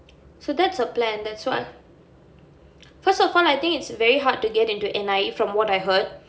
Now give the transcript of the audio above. so that's her plan that's why because for her I think it's very hard to get into N_I_E from what I heard